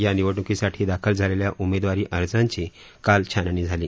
या निवडणुकीसाठी दाखल झालेल्या उमेदवारी अर्जांची काल छाननी झाली